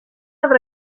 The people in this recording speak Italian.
avrà